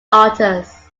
altars